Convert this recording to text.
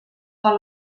fan